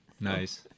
Nice